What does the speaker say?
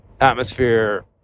atmosphere